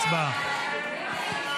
הצבעה.